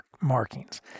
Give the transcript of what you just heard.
markings